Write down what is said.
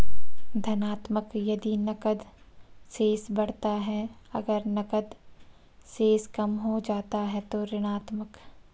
धनात्मक यदि नकद शेष बढ़ता है, अगर नकद शेष कम हो जाता है तो ऋणात्मक